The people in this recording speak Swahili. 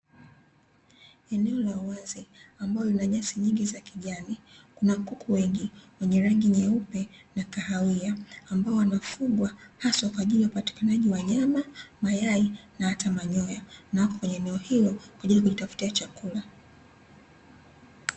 Eneo la uwazi ambalo lina nyasi nyingi za kijani, kuna kuku wengi wenye rangi nyeupe na kahawia, ambao wanafugwa haswa kwa ajili ya upatikanaji wa nyama, mayai na hata manyoya na wako kwenye eneo hilo kwa ajili ya kujitafutia chakula.